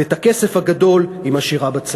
ואת הכסף הגדול היא משאירה בצד.